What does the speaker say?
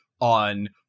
on